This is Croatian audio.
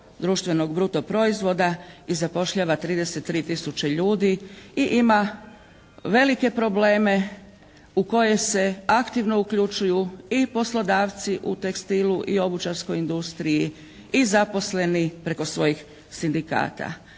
društvenog bruto proizvoda i zapošljava 33 tisuće ljudi i ima velike probleme u koje se aktivno uključuju i poslodavci u tekstilu i obućarskoj industriji i zaposleni preko svojih sindikata.